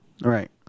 Right